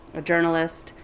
a journalist,